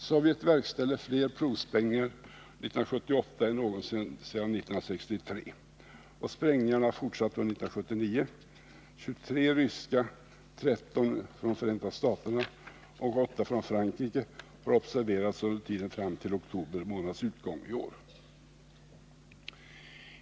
Sovjet verkställde fler provsprängningar 1978 än någonsin sedan 1963. Och sprängningarna har fortsatt under 1979. 23 ryska, 13 från USA och 8 från Frankrike har observerats till oktober månads utgång i år.